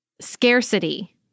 scarcity